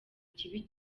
kibi